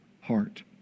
heart